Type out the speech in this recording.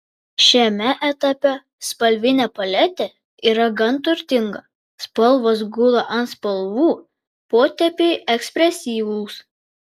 šiame etape spalvinė paletė yra gan turtinga spalvos gula ant spalvų potėpiai ekspresyvūs